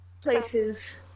places